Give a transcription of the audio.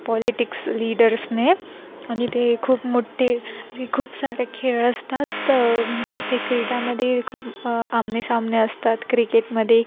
politics लीडर्सने आणि ते खूप मोठे ते खूप सारे खेळ असतात ते क्रीडामध्ये खूप आमनेसामने असतात क्रिकेटमध्ये